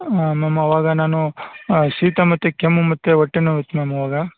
ma'am ಅವಾಗ ನಾನು ಶೀತ ಮತ್ತು ಕೆಮ್ಮು ಮತ್ತು ಹೊಟ್ಟೆ ನೋವು ಇತ್ತು ಮ್ಯಾಮ್ ಅವಾಗ